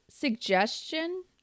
suggestion